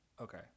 Okay